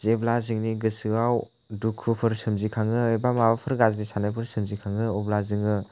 जेब्ला जोंनि गोसोआव दुखुफोर सोमजिखाङो एबा माबाफोर गाज्रि साननाय सोमजिखाङो अब्ला जोङो